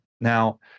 Now